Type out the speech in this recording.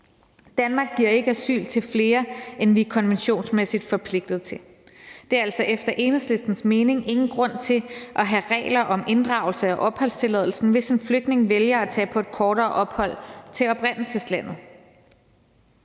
Danmark giver ikke asyl til flere, end vi er konventionsmæssigt forpligtet til. Der er altså efter Enhedslistens mening ingen grund til at have regler om inddragelse af opholdstilladelsen, hvis en flygtning vælger at tage på et kortere ophold i oprindelseslandet.